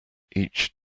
each